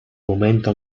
momento